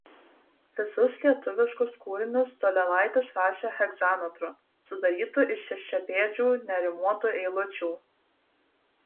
visus lietuviškus kūrinius donelaitis rašė hegzametru sudarytu iš šešiapėdžių nerimuotų eilučių